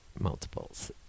multiples